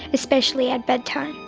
especially at bedtime.